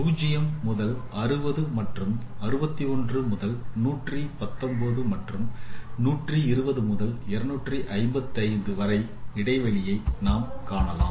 0 முதல் 60 மற்றும் 61 முதல் 119 மற்றும் 120 முதல் 255 வரை இடைவெளியை நாம் காணலாம்